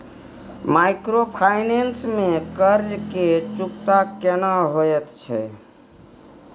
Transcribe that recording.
Microfinance में कर्ज के चुकता केना होयत छै?